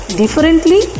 differently